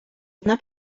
одна